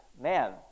man